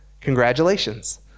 Congratulations